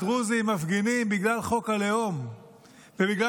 הדרוזים מפגינים בגלל חוק הלאום ובגלל